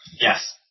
Yes